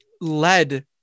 led